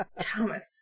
Thomas